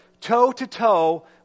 toe-to-toe